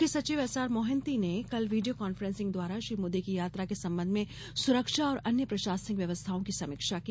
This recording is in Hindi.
मुख्य सचिव एस आर मोहंती ने कल वीडियो कान्फ्रेंसिंग द्वारा श्री मोदी की यात्रा के संबंध में सुरक्षा और अन्य प्रशासनिक व्यवस्थाओं की समीक्षा की